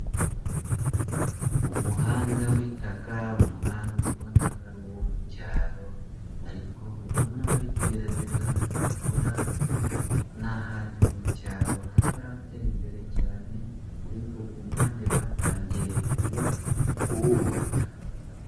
Umuhanda w'itakaka, umuhanda ubona ko ari uwo mu cyaro ariko ubona bari kugerageza kuwukora, ni ahantu mu cyaro hataratera imbere cyane ariko ku mpande batangiye kuwubaka.